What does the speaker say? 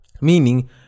meaning